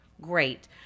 Great